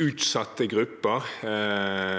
utsatte grupper